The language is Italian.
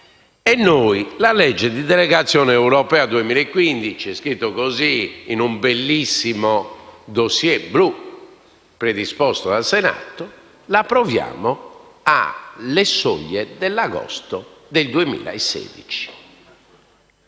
e noi, la legge di delegazione europea 2015 - è scritto così in un bellissimo *dossier* blu predisposto dal Senato - la approviamo alle soglie dell'agosto del 2016.